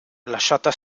lasciata